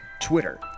Twitter